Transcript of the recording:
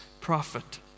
prophet